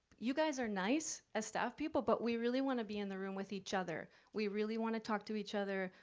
you guys are nice as staff people, but we really want to be in the room with each other, we really want to talk to each other.